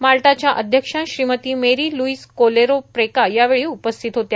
माल्टाच्या अध्यक्षा श्रीमती Marie Louise Coleiro Preca यावेळी उपस्थित होते